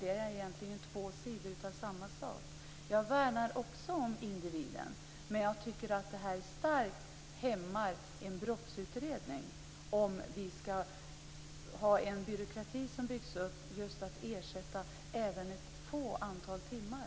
Det är egentligen två sidor av samma sak. Jag värnar också om individen. Men jag tycker att det starkt hämmar en brottsutredning om vi skall ha en byråkrati som byggs upp för att ersätta även människor som har varit frihetsberövade under ett litet antal timmar.